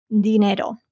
dinero